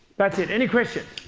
that's it. any questions?